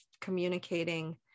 communicating